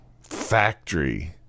factory